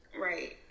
right